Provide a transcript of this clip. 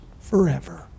forever